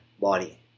body